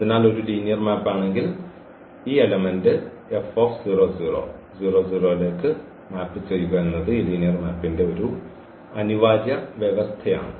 അതിനാൽ ഒരു linear map ആണെങ്കിൽ ഈ എലമെൻറ് ലേക്ക് മാപ്പ് ചെയ്യുക എന്നത് ഈ ലീനിയർ മാപ്പിന്റെ ഒരു അനിവാര്യ വ്യവസ്ഥയാണ്